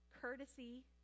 courtesy